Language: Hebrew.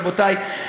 רבותי,